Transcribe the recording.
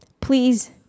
please